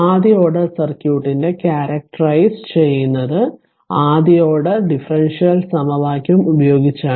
ആദ്യ ഓർഡർ സർക്യൂട്ടിന്റെ ക്യാരക്ടറായിസ് ചെയ്യുന്നത് ആദ്യ ഓർഡർ ഡിഫറൻഷ്യൽ സമവാക്യം ഉപയോഗിച്ചാണ്